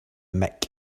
mick